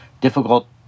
difficult